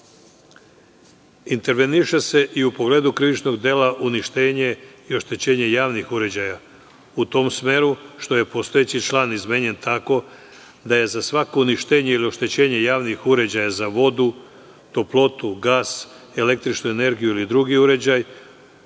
godine. Interveniše se i u pogledu krivičnog dela – uništenje i oštećenje javnih uređaja, u tom smeru što je postojeći član izmenjen tako da je za svako uništenje ili oštećenje javnih uređaja za vodu, toplotu, gas, električnu energiju ili drugi uređaj,